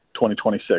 2026